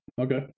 Okay